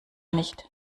nicht